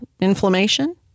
inflammation